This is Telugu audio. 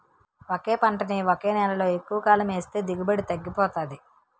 ఒకే పంటని ఒకే నేలలో ఎక్కువకాలం ఏస్తే దిగుబడి తగ్గిపోతాది